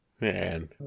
Man